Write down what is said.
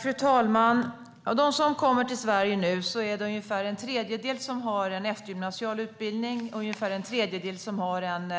Fru talman! Av dem som kommer till Sverige nu är det ungefär en tredjedel som har en eftergymnasial utbildning, ungefär en tredjedel som har en